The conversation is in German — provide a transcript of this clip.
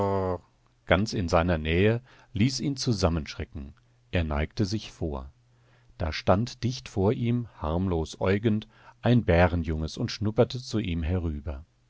ganz in seiner nähe ließ ihn zusammenschrecken er neigte sich vor da stand dicht vor ihm harmlos äugend ein bärenjunges und schnupperte zu ihm herüber